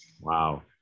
Wow